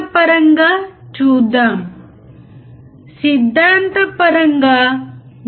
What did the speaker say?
చివరగా పట్టికలో గమనించిన గెయిన్లను లెక్కించండి మరియు దానిని సిద్ధాంతిక గెయిన్తో పోల్చండి